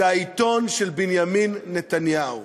זה העיתון של בנימין נתניהו.